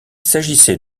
s’agissait